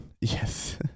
Yes